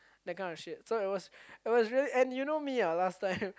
that kind of shit so it was it was really and you know me what last time